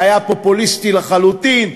שהיה פופוליסטי לחלוטין,